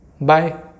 bye